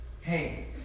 hey